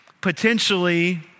potentially